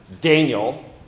Daniel